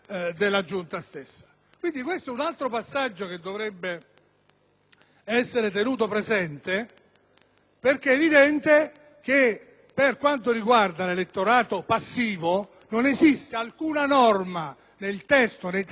essere tenuto presente, perché è evidente che per quanto riguarda l'elettorato passivo non esiste alcuna norma nei testi delle disposizioni costituzionali, introdotte